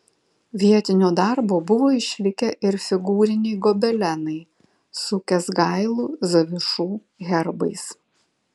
vietinio darbo buvo ir išlikę figūriniai gobelenai su kęsgailų zavišų herbais